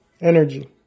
Energy